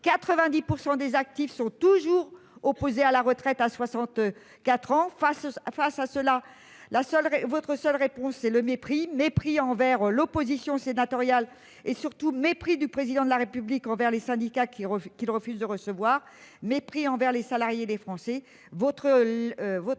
90 % des actifs restent opposés à la retraite à 64 ans. Face à cela, votre seule réponse est le mépris : mépris envers l'opposition sénatoriale et, surtout, mépris du Président de la République envers les syndicats, qu'il refuse de recevoir, mépris envers les salariés et mépris